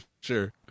sure